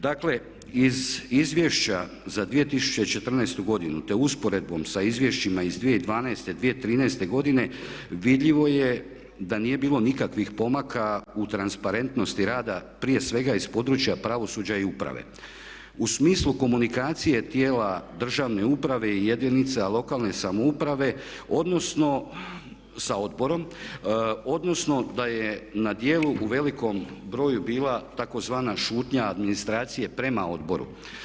Dakle, iz Izvješća za 2014. godinu te u usporedbi sa izvješćima iz 2012., 2013. godine vidljivo je da nije bilo nikakvih pomaka u transparentnosti rada prije svega iz područja pravosuđa i uprave u smislu komunikacije tijela državne uprave i jedinica lokalne samouprave sa odborom odnosno da je na djelu u velikom broju bila tzv. šutnja administracije prema odboru.